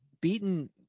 beaten